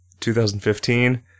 2015